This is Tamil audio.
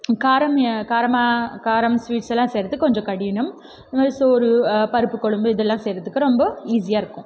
காரம் காரமாக காரம் ஸ்வீட்ஸ் எல்லாம் செய்யறத்துக் கொஞ்சம் கடினம் ஸோ ஒரு பருப்பு குழம்பு இதெல்லாம் செய்யறதுக்கு ரொம்ப ஈஸியாக இருக்கும்